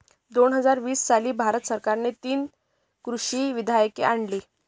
दोन हजार वीस साली भारत सरकारने तीन कृषी विधेयके आणली